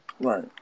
Right